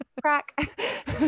crack